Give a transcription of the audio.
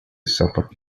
support